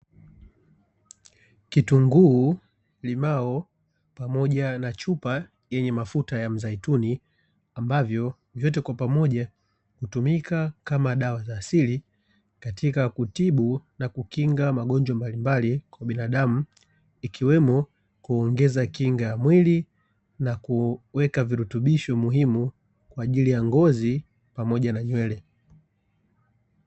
Kitunguu, limao pamoja na chupa yenye mafuta ya mzaituni; ambavyo vyote kwa pamoja hutumika kama dawa za asili katika kutibu na kukinga magonjwa mbalimbali kwa binadamu, ikiwemo kuongeza kinga ya mwili na kuweka virutubisho muhimu kwa ajili ya ngozi pamoja na nywele.